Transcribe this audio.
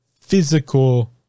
physical